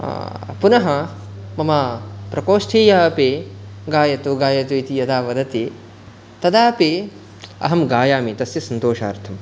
पुनः मम प्रकोष्ठीयः अपि गायतु गायतु इति यदा वदति तदा अपि अहं गायामि तस्य सन्तोषार्थं